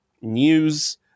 news